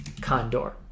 Condor